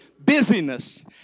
busyness